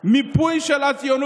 אדוני.